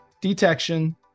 detection